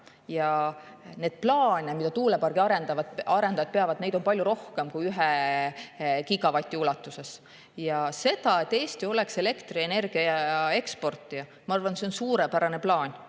ja neid plaane, mida tuulepargiarendajad peavad, on palju rohkem kui 1 gigavati ulatuses. See, et Eesti oleks elektrienergia eksportija, ma arvan, on suurepärane plaan.